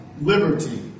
liberty